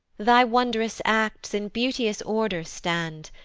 thy wond'rous acts in beauteous order stand,